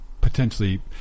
potentially